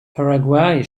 paraguay